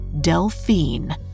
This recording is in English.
Delphine